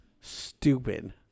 Stupid